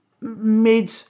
mid